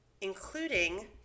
including